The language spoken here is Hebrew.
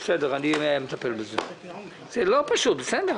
אחזור: בבתי הדין